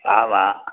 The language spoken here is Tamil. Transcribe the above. ஆமாம்